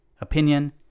opinion